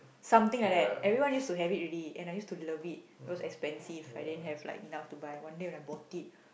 something like that everyone used to have it already and I used to love it it was expensive I didn't have like enough to buy one day I bought it